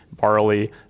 barley